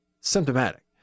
symptomatic